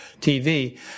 TV